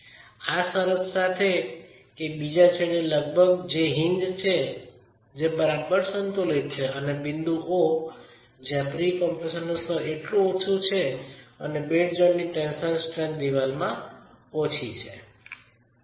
આ શરત સાથે કે બીજા છેડે લગભગ એ જે હિન્જ છે જે બરાબર સંતુલિત છે અને બિંદુ O જ્યાં પ્રી કમ્પ્રેશનનું સ્તર એટલું ઓછું છે અને બેડ જોઇન્ટની ટેન્સાઇલ સ્ટ્રેન્થ ચણતરમાં ઓછી છે